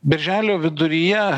birželio viduryje